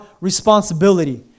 responsibility